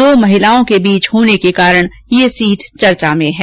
दो महिलाओं के बीच होने के कारण ये सीट चर्चा में हैं